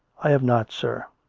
i have not, sir.